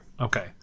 Okay